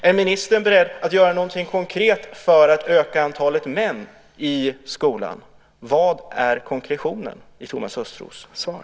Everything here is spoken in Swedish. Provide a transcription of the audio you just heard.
Är ministern beredd att göra någonting konkret för att öka antalet män i skolan? Var är konkretionen i Thomas Östros svar?